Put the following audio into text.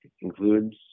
includes